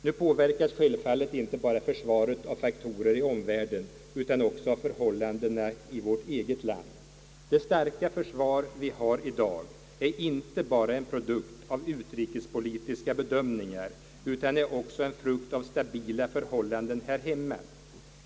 Nu påverkas självfallet försvaret inte bara av faktorer i omvärlden utan också av förhållandena i vårt eget land. Det starka försvar vi har i dag är inte bara en produkt av utrikespolitiska bedömningar utan är också en frukt av stabila förhållanden här hemma.